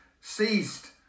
ceased